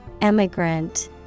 Emigrant